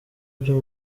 byo